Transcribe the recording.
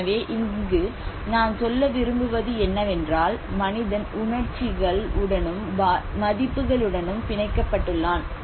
எனவே இங்கே நான் சொல்ல விரும்புவது என்னவென்றால் மனிதன் உணர்ச்சிகள் உடனும் மதிப்பு களுடனும் பிணைக்கப்பட்டுள்ளான்